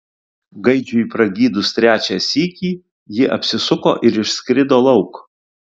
gaidžiui pragydus trečią sykį ji apsisuko ir išskrido lauk